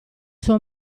suo